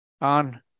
on